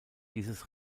dieses